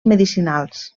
medicinals